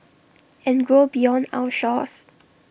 and grow beyond our shores